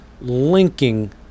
linking